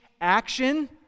action